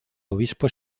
obispo